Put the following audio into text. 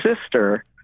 sister